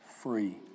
free